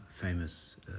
famous